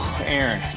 Aaron